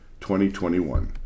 2021